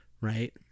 right